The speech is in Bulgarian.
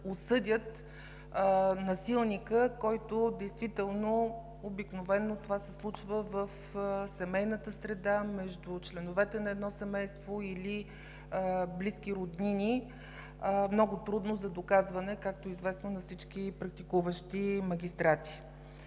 осъдят насилника, който действително, обикновено това се случва в семейната среда между членовете на едно семейство или близки роднини, е много трудно за доказване, както е известно на всички практикуващи магистрати.